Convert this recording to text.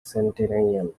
centennial